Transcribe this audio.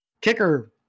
kicker